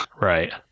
Right